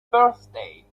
birthday